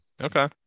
Okay